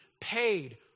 paid